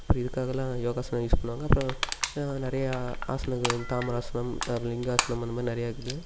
அப்புறம் இதுக்காகலாம் யோகாசனம் யூஸ் பண்ணுவாங்க அப்புறம் நிறையா ஆசனம் இருக்குது தாமராசனம் அப்புறம் லிங்காசனம் அந்த மாதிரி நிறையா இருக்குது